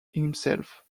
himself